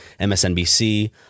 MSNBC